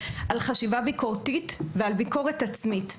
על חשיבה ביקורתית ועל ביקורת עצמית.